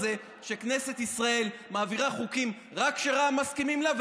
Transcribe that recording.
הזה שכנסת ישראל מעבירה חוקים רק כשרע"מ מסכימים להם,